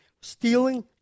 stealing